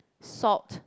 salt